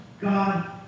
God